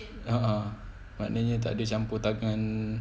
a'ah maknanya takde campur tangan